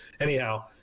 anyhow